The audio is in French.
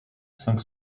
cinq